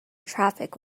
traffic